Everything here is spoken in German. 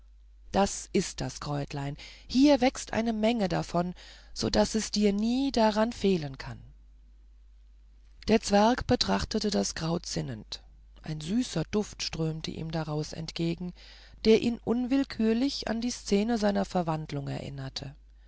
das ist das kräutlein und hier wächst eine menge davon so daß es dir nie daran fehlen kann der zwerg betrachtete das kraut sinnend ein süßer duft strömte ihm daraus entgegen der ihn unwillkürlich an die szene seiner verwandlung erinnerte